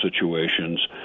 situations